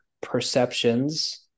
perceptions